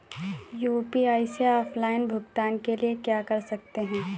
UPI से offline भुगतान के लिए क्या कर सकते हैं?